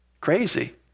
Crazy